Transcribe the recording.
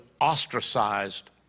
ostracized